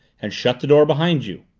and shut the door behind you.